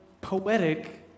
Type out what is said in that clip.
poetic